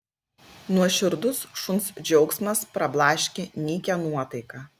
nuoširdus šuns džiaugsmas prablaškė nykią nuotaiką